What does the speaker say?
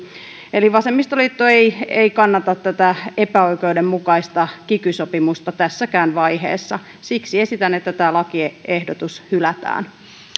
vasemmistoliitto ei ei kannata tätä epäoikeudenmukaista kiky sopimusta tässäkään vaiheessa siksi esitän että tämä lakiehdotus hylätään